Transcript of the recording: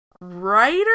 writer